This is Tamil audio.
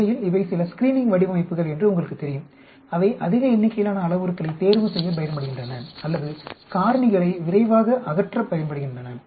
உண்மையில் இவை சில ஸ்கிரீனிங் வடிவமைப்புகள் என்று உங்களுக்குத் தெரியும் அவை அதிக எண்ணிக்கையிலான அளவுருக்களைத் தேர்வுசெய்யப் பயன்படுகின்றன அல்லது காரணிகளை விரைவாக அகற்றப் பயன்படுகின்றன